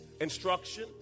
instruction